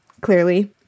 clearly